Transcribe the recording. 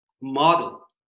model